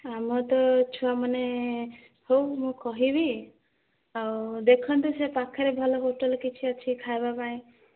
ଆମର ତ ଛୁଆମାନେ ହଉ ମୁଁ କହିବି ଆଉ ଦେଖନ୍ତୁ ସେ ପାଖେରେ ଭଲ ହୋଟେଲ୍ କିଛି ଅଛି ଖାଇବା ପାଇଁ